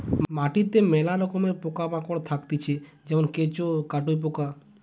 মাটিতে মেলা রকমের পোকা মাকড় থাকতিছে যেমন কেঁচো, কাটুই পোকা